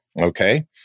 okay